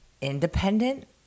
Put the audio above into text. independent